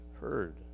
heard